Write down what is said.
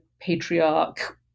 patriarch